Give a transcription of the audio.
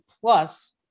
plus